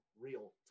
real